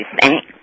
thank